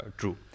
true